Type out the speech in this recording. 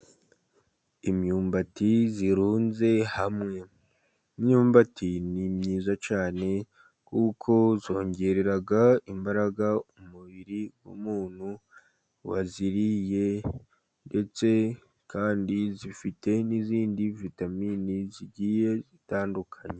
Imyumbati irunze hamwe, imyumbati ni myiza cyane kuko zongerera imbaraga umubiri w'umuntu wayiriye ndetse kandi zifite n'izindi vitamini zigiye zitandukanye.